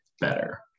better